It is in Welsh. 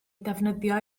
defnyddio